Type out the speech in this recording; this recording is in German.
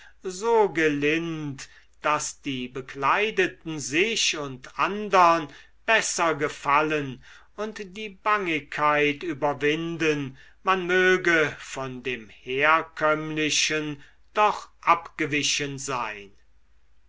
so gelind daß die bekleideten sich und andern besser gefallen und die bangigkeit überwinden man möge von dem herkömmlichen doch abgewichen sein